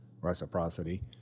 reciprocity